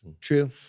True